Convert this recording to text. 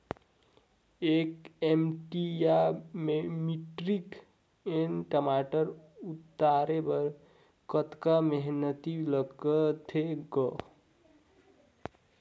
एक एम.टी या metric ton टमाटर उतारे बर कतका मेहनती लगथे ग?